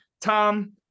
Tom